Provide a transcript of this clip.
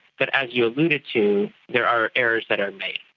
but as you alluded to, there are errors that are made,